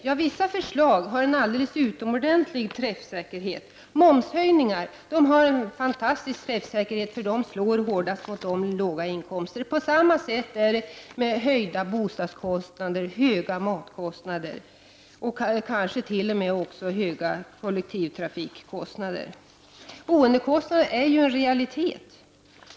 Ja, vissa förslag har en alldeles utomordentlig träffsäkerhet. T.ex. momshöjningar har en fantastisk stor träffsäkerhet. Dessa slår ju hårdast mot dem som har låga inkomster. På samma sätt förhåller det sig när det gäller höjda boendekostnader, höga matkostnader och kanske t.o.m. också höga kostnader beträffande kollektivtrafiken. Boendekostnaden är en realitet.